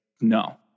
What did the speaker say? no